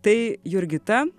tai jurgita